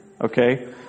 Okay